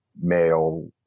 male